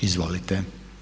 Izvolite.